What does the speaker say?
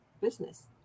business